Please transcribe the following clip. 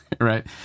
Right